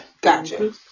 Gotcha